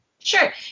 Sure